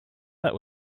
that